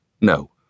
No